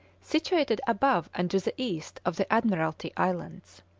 situated above and to the east of the admiralty islands.